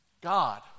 God